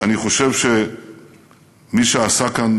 אני חושב שמישה עשה כאן